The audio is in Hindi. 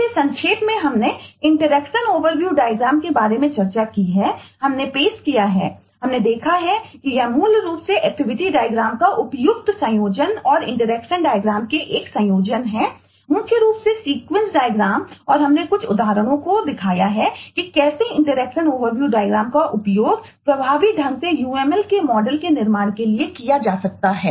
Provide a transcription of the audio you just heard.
इसलिएसंक्षेप में हमने इंटरेक्शन ओवरव्यू डायग्राम का उपयोग प्रभावी ढंग से UML के मॉडल के निर्माण के लिए किया जा सकता है